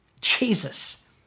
Jesus